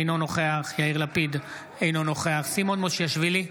אינו נוכח יאיר לפיד, אינו נוכח סימון מושיאשוילי,